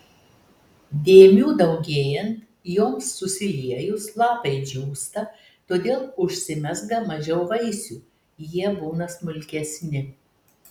dėmių daugėjant joms susiliejus lapai džiūsta todėl užsimezga mažiau vaisių jie būna smulkesni